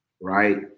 right